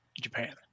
japan